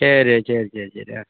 சரி சரி சரி சரி ஆ